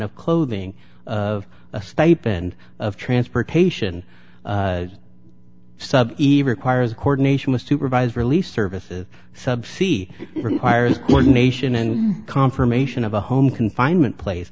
of clothing of a stipend of transportation sub eve requires coordination with supervised release service sub sea requires ordination and confirmation of a home confinement pla